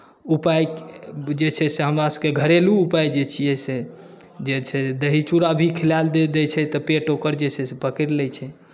उपाय जे छै से हमरासभके घरेलू उपाय जे छियै से जे छै दही चूड़ा भी खिलाय दैत छै तऽ पेट ओकर जे छै से पकड़ि लैत छै